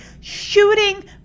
shooting